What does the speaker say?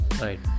Right